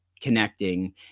connecting